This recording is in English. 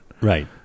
Right